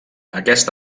aquest